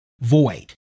void